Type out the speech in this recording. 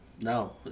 no